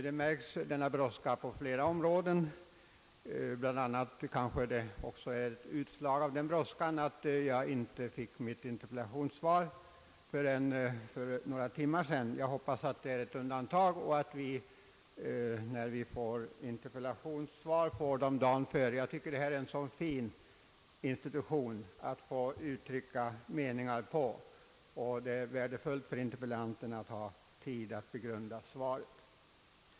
Denna brådska märks på flera områden. Kanske är det bl.a. ett utslag av den brådskan att jag inte fick mitt interpellationssvar förrän för några timmar sedan. Jag hoppas att det är ett undantag och att vi ledamöter, när vi får interpellationssvar, erhåller dem dagen före besvarandet som praxis varit tidigare. Jag tycker att interpellationsinstitutet är ett fint sätt att få uttrycka meningar på, och det vore värdefullt för interpellanten att ha tid på sig att begrunda svaret.